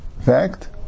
fact